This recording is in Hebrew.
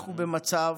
אנחנו במצב